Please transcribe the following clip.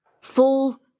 full-